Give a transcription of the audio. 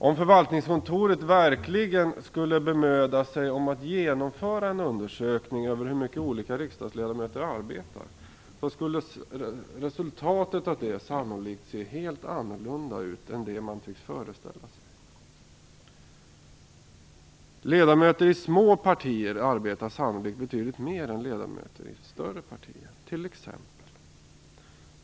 Om förvaltningskontoret verkligen skulle bemöda sig om att genomföra en undersökning av hur mycket olika riksdagsledamöter arbetar skulle resultatet antagligen se helt annorlunda ut än vad man tycks föreställa sig. Ledamöter i små partier arbetar t.ex. sannolikt betydligt mer än ledamöter i större partier.